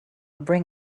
bring